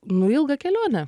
nu ilgą kelionę